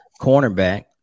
cornerback